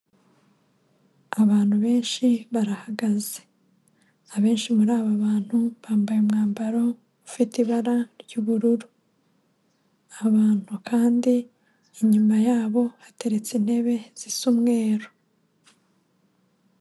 Abantu benshi barahagaze, abenshi muri aba bantu bambaye umwambaro ufite ibara ry'ubururu, abantu kandi inyuma yabo hateretse intebe zisa umweru.